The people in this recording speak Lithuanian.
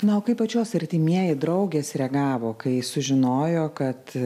na o kaip pačios artimieji draugės reagavo kai sužinojo kad